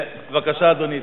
בבקשה, אדוני.